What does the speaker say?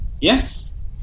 Yes